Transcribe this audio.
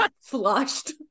flushed